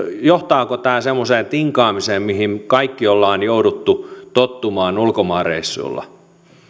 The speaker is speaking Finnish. johtaako tämä semmoiseen tinkaamiseen mihin me kaikki olemme joutuneet tottumaan ulkomaanreissuilla